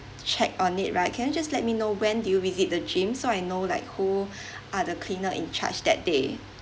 check on it right can just let me know when did you visit the gym so I know like who are the cleaner in charge that day